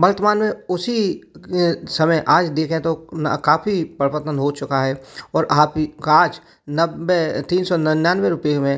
वर्तमान में उसी समय आज देखें तो ना काफी परिवर्तन हो चुका है और आप ई काज नब्ब बै तीन सौ निन्यानवे रूपये में